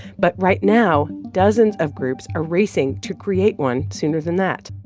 but right now dozens of groups are racing to create one sooner than that.